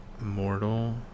Mortal